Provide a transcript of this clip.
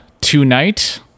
Tonight